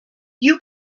you